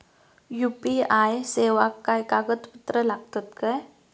UPI सेवाक काय कागदपत्र लागतत काय?